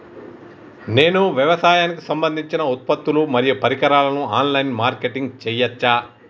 నేను వ్యవసాయానికి సంబంధించిన ఉత్పత్తులు మరియు పరికరాలు ఆన్ లైన్ మార్కెటింగ్ చేయచ్చా?